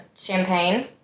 champagne